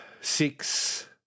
six